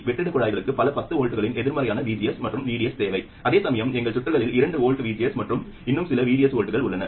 வெற்றிடக் குழாய்களுக்குப் பல பத்து வோல்ட்களில் எதிர்மறையான VGS மற்றும் VDS தேவை அதேசமயம் எங்கள் சுற்றுகளில் இரண்டு வோல்ட் VGS மற்றும் இன்னும் சில VDS வோல்ட்கள் உள்ளன